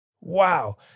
Wow